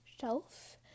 shelf